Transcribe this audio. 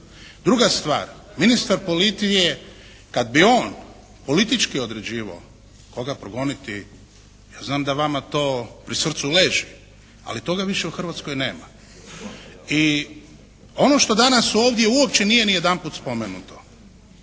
Druga stvar, ministar policije kad bi on politički određivao koga progoniti, ja znam da vama to pri srcu leži, ali toga više u Hrvatskoj nema. I ono što danas ovdje uopće nije ni jedanput spomenuto